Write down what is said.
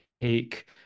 take